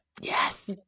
Yes